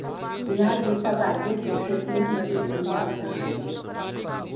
बिहार इ सब राज्य से खेतिहर मजदूर पंजाब जा हई